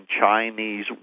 Chinese